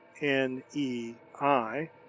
N-E-I